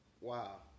wow